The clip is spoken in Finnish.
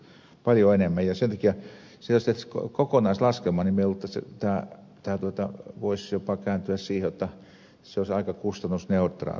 sen takia jos siitä tehtäisiin kokonaislaskelma niin luulen että tämä voisi jopa kääntyä siihen jotta se olisi aika kustannusneutraali